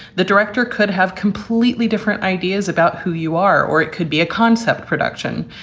the director could have completely different ideas about who you are. or it could be a concept production.